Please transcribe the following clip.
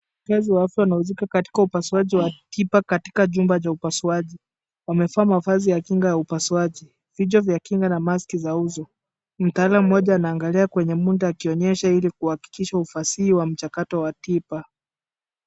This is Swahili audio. Mfanyikazi wa afya anahusika katika upasuaji wa tiba katika jumba la upasuaji. Wamevaa mavazi ya kinga ya upasuaji. Vichwa vya kinga na mask za uso. Mtaalamu mmoja anaangalia kwenye muda akionyesha ili kuhakikisha ufasihi wa mchakato wa tiba.